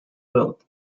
willed